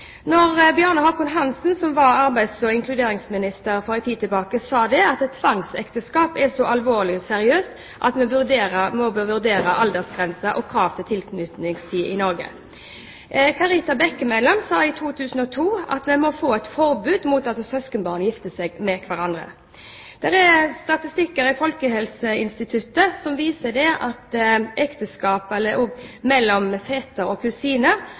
Bjarne Håkon Hanssen, som var arbeids- og inkluderingsminister for en tid tilbake, sa at tvangsekteskap er så alvorlig at vi må vurdere aldersgrense og krav til tilknytningstid i Norge. I 2002 sa Karita Bekkemellem at vi må få et forbud mot at søskenbarn gifter seg med hverandre. Statistikker i Folkehelseinstituttet viser at 30 pst. av dødfødsler og 42 pst. av spedbarnsdødsfall kan skyldes ekteskap mellom fetter og kusine.